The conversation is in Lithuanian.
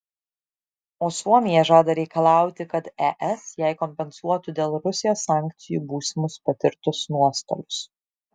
o suomija žada reikalauti kad es jai kompensuotų dėl rusijos sankcijų būsimus patirtus nuostolius